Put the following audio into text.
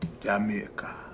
Jamaica